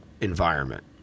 environment